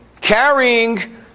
carrying